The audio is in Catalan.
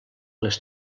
les